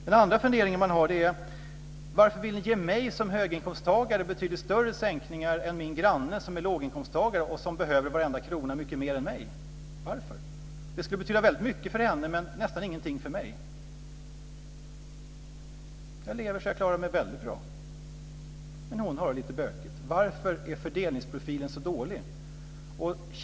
Den andra funderingen man har är: Varför vill ni ge mig som höginkomsttagare betydligt större sänkningar än min granne som är låginkomsttagare och som behöver varenda krona mycket mer än jag? Varför? Det skulle betyda väldigt mycket för henne men betyder nästan ingenting för mig. Jag har så att jag kan leva väldigt bra, men hon har det lite bökigt. Varför är fördelningsprofilen så dålig?